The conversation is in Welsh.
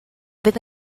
fydd